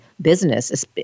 business